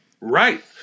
Right